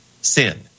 sin